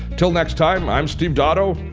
till next time, i'm steve dotto.